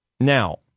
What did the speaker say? Now